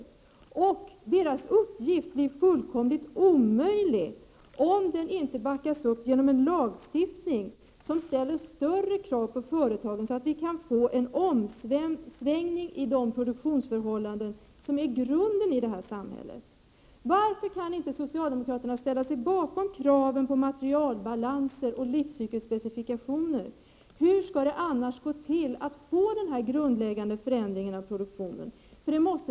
Kemikalieinspektionens uppgift blir fullkomligt omöjlig om den inte backas upp genom en lagstiftning, som ställer större krav på företagen, så att det kan ske en omsvängning i de produktionsförhållanden som är grunden i detta samhälle. Varför kan inte socialdemokraterna ställa sig bakom kraven på materialbalanser och livscykelspecifikationer? Hur skall det annars gå till att få till stånd en grundläggande förändring av produktionen?